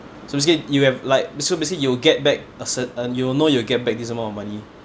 so basically you have like so basically you'll get back a cert~ uh you'll know you'll get back this amount of money